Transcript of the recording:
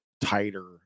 tighter